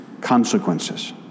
consequences